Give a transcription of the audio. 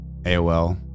AOL